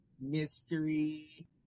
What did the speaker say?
Mystery